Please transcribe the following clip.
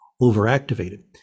overactivated